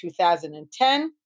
2010